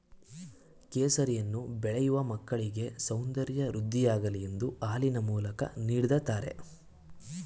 ಕೇಸರಿಯನ್ನು ಬೆಳೆಯೂ ಮಕ್ಕಳಿಗೆ ಸೌಂದರ್ಯ ವೃದ್ಧಿಯಾಗಲಿ ಎಂದು ಹಾಲಿನ ಮೂಲಕ ನೀಡ್ದತರೆ